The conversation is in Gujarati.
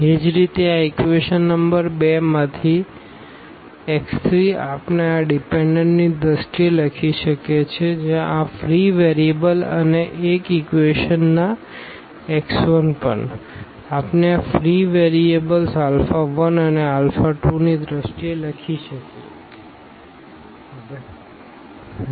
એ જ રીતે આ ઇક્વેશન નંબર 2 માંથી x 3 આપણે આ ડીપેનડન્ટની દ્રષ્ટિએ લખી શકીએ છીએ જ્યાં આ ફ્રી વેરિયેબલ્સ અને 1 ઇક્વેશનના x 1 પણ આપણે આ ફ્રી વેરિયેબલ્સ આલ્ફા 1 અને આલ્ફા 2 ની દ્રષ્ટિએ લખી શકીએ છીએ